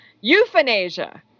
euthanasia